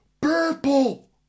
Purple